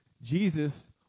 Jesus